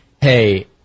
hey